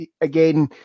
again